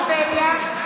(קוראת בשמות חברי הכנסת) ולדימיר בליאק,